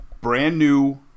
brand-new